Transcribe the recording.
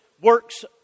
works